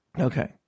Okay